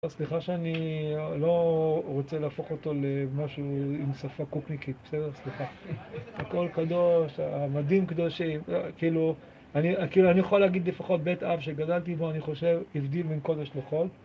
סליחה שאני לא רוצה להפוך אותו למשהו עם שפה קופניקית בסדר סליחה הכל קדוש המדים קדושים כאילו אני יכול להגיד לפחות בית אב שגדלתי בו אני חושב הבדיל מן קודש לחול